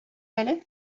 әле